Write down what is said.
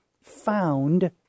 found